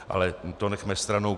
Ale to nechme stranou.